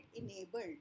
enabled